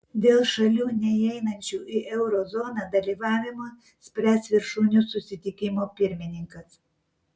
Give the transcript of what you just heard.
dėl šalių neįeinančių į euro zoną dalyvavimo spręs viršūnių susitikimo pirmininkas